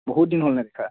বহুত দিন হ'ল নেদেখা